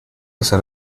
esa